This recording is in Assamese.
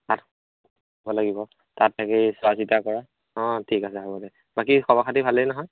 তাত লাগিব তাত থাকি চোৱা চিতা কৰা অ ঠিক আছে হ'ব দে বাকী খবৰ খাতি ভালেই নহয়